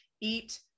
Eat